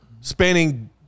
spanning